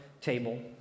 table